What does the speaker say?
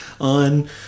on